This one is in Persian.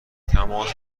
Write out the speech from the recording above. تماس